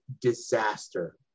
disaster